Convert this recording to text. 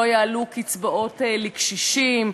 לא יעלו קצבאות לקשישים,